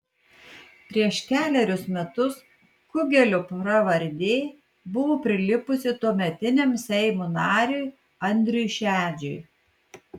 prieš kelerius metus kugelio pravardė buvo prilipusi tuometiniam seimo nariui andriui šedžiui